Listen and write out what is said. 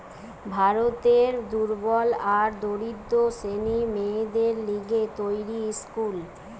ভারতের দুর্বল আর দরিদ্র শ্রেণীর মেয়েদের লিগে তৈরী স্কুল